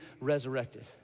resurrected